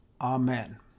Amen